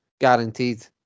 guaranteed